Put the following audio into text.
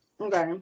Okay